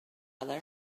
other